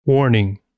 Warning